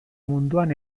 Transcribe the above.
munduan